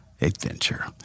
adventure